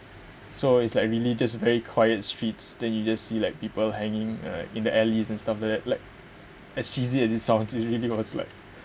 so it's like really just very quiet streets then you just see like people hanging in the alleys and stuff like that like as cheesy as it sounds it really was like